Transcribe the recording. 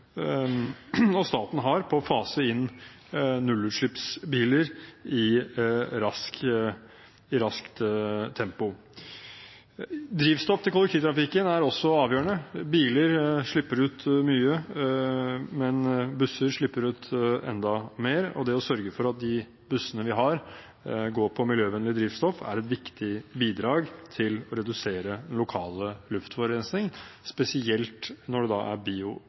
staten har på å fase inn nullutslippsbiler i raskt tempo. Drivstoff til kollektivtrafikken er også avgjørende. Biler slipper ut mye, men busser slipper ut enda mer, og det å sørge for at de bussene vi har, går på miljøvennlig drivstoff, er et viktig bidrag til å redusere lokal luftforurensning, spesielt når det er